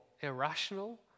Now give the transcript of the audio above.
irrational